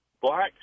black